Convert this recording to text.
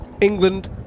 England